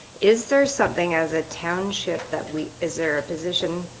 is there something as a township that we is there a position?